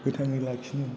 गोथाङै लाखिनो